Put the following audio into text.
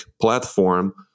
platform